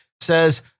says